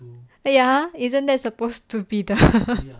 ya isn't that supposed to be the